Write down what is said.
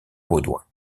baudouin